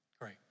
Great